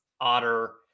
otter